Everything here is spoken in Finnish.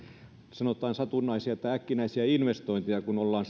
sanotaan satunnaisia tai äkkinäisiä investointeja kun ollaan